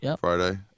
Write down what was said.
Friday